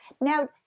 Now